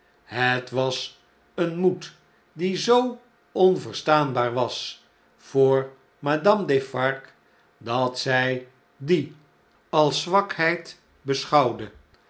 het was een moed die zoo onverstaanbaar was voor madame defarge dat zn dien als zwakheid beschouwde